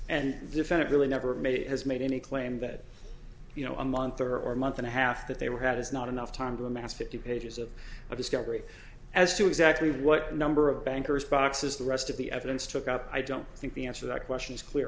the defendant really never made it has made any claim that you know a month or or month and a half that they were had is not enough time to amass fifty pages of discovery as to exactly what number of bankers boxes the rest of the evidence took out i don't think the answer that question is clear